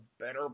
better